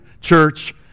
church